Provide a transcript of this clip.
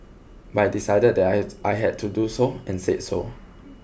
but I decided that I had I had to do so and said so